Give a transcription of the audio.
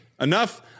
Enough